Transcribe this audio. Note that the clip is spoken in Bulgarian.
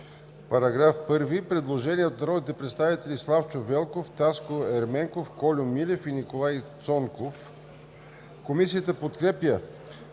По § 1 има предложение от народните представители Славчо Велков, Таско Ерменков, Кольо Милев и Николай Цонков. Комисията подкрепя